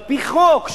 על-פי חוק,